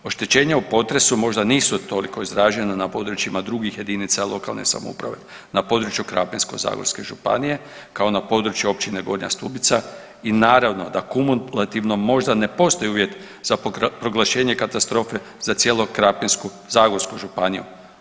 Oštećenja u potresu možda nisu toliko izražene na područjima drugih jedinica lokalne samouprave na području Krapinsko-zagorske županije kao na području općine Gornja Stubica i naravno da kumulativno možda ne postoji možda uvjet za proglašenje katastrofe za cijelu Krapinsko-zagorsku županiju.